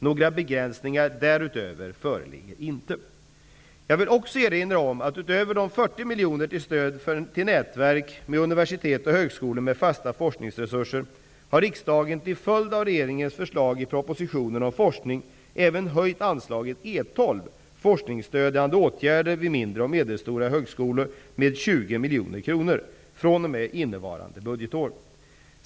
Några begränsningar därutöver föreligger inte. Jag vill också erinra om att utöver de 40 miljonerna för stöd till nätverk med universitet och högskolor med fasta forskningsresurser, har riksdagen till följd av regeringens förslag i propositionen om forskning även höjt anslaget E 12 Forskningsstödjande åtgärder vid mindre och medelstora högskolor med 20 miljoner kronor fr.o.m. innevarande budgetår.